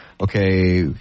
okay